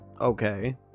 okay